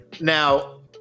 Now